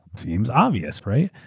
seems obvious, right?